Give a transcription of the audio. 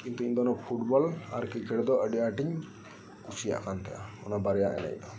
ᱠᱤᱱᱛᱩ ᱤᱧᱫᱚ ᱚᱱᱟ ᱯᱷᱩᱴᱵᱚᱞ ᱟᱨ ᱠᱨᱤᱠᱮᱴᱫᱚ ᱟᱹᱰᱤ ᱟᱴᱤᱧ ᱠᱩᱥᱤᱭᱟᱜ ᱠᱟᱱᱛᱟᱦᱮᱸᱜᱼᱟ ᱚᱱᱟ ᱵᱟᱨᱭᱟ ᱮᱱᱮᱡᱫᱚ